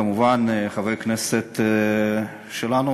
כמובן חברי כנסת שלנו,